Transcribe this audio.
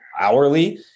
hourly